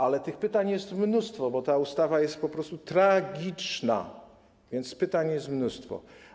Ale pytań jest mnóstwo, bo ta ustawa jest po prostu tragiczna, więc pytań jest mnóstwo.